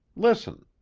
listen!